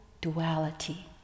duality